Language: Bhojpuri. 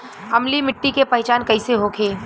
अम्लीय मिट्टी के पहचान कइसे होखे?